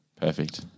perfect